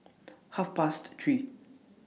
Half Past three